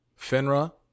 finra